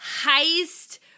heist